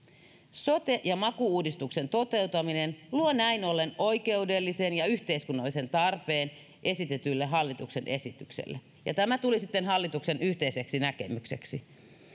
sote ja maku uudistuksen toteutuminen luo näin ollen oikeudellisen ja yhteiskunnallisen tarpeen esitetylle hallituksen esitykselle ja tämä tuli sitten hallituksen yhteiseksi näkemykseksi